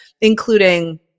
including